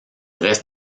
reste